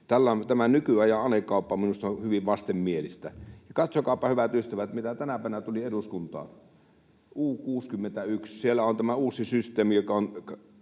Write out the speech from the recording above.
Tämä nykyajan anekauppa on minusta hyvin vastenmielistä. Ja katsokaapa, hyvät ystävät, mitä tänä päivänä tuli eduskuntaan: U 61. Siellä on tämä uusi systeemi, joka on